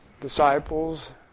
disciples